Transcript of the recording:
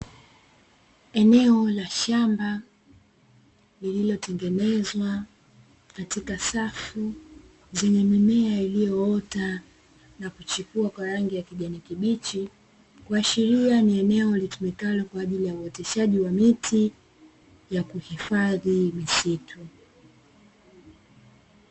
Eneo la shamba lililotengenezwa katika safu zenye mimea iliyoota na kuchipua kwa rangi ya kijani kibichi, kuashiria ni eneo litumikalo kwa ajili ya uoteshaji wa miti ya kuhifadhi misitu.